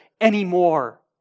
anymore